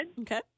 Okay